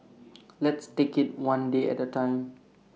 let's take IT one day at the time